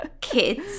kids